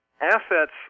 assets